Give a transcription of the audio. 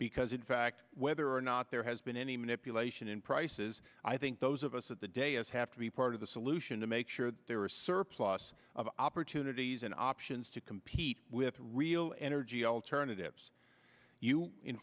because in fact whether or not there has been any manipulation in prices i think those of us that the day is have to be part of the solution to make sure that there are a surplus of opportunities and options to compete with real energy alternatives you in